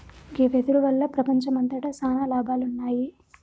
గీ వెదురు వల్ల ప్రపంచంమంతట సాన లాభాలున్నాయి